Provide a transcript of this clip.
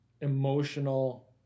emotional